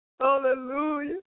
Hallelujah